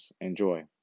Enjoy